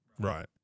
Right